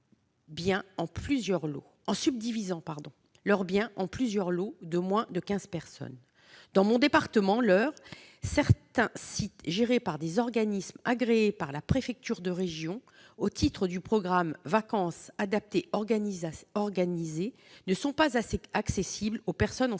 en subdivisant leur bien en plusieurs « lots » de moins de quinze personnes. Dans mon département de l'Eure, certains sites gérés par des organismes agréés par la préfecture de région au titre du programme « vacances adaptées organisées » ne sont pas accessibles aux personnes en